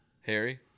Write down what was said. Harry